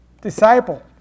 disciple